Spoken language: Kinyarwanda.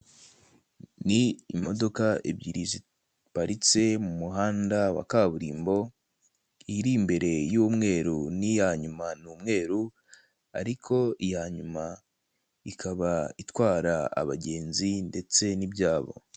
Ku ruhande rwa kaburimbo, hahagaze modoka ebyiri z'umweru. Imodoka y'inyuma ni imodoka ntoya y'ivatiri itwara abantu bakodesha cyangwa se batega imodoka.